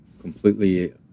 completely